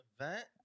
event